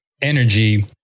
energy